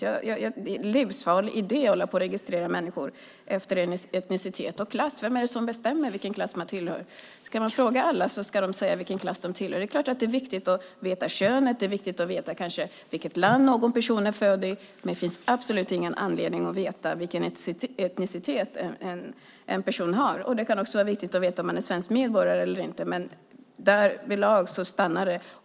Det är en livsfarlig idé att hålla på att registrera människor efter etnicitet och klass. Vem är det som bestämmer vilken klass människor tillhör? Ska man fråga alla, och så ska de säga vilken klass de tillhör? Det är klart att det är viktigt att veta könet. Det är kanske viktigt att veta vilket land någon person är född i, men det finns absolut ingen anledning att veta vilken etnicitet en person har. Det kan också vara viktigt att veta om en person är svensk medborgare eller inte. Men där stannar det.